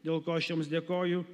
dėl ko aš jums dėkoju